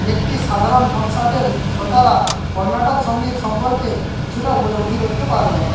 একটি সাধারণ কনসার্টের শ্রোতারা কর্ণাটক সঙ্গীত সম্পর্কে কিছুটা উপলব্ধি করতে পারবেন